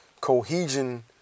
cohesion